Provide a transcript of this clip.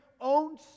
own